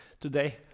today